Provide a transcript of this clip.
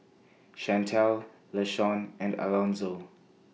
Shantell Lashawn and Alonzo